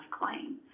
claim